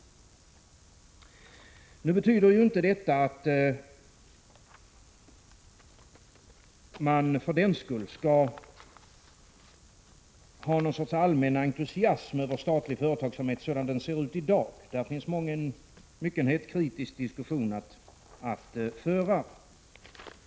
Detta betyder nu inte att man för den skull skall känna någon sorts allmän entusiasm över statlig företagsamhet sådan den ser ut i dag. Där finns mycken kritisk diskussion att föra.